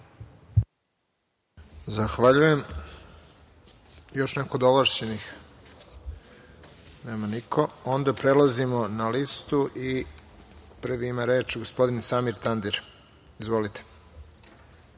Zahvaljujem. Još neko od ovlašćenih? Nema niko. Onda prelazimo na listu. Prvi ima reč gospodin Samir Tandir. Izvolite.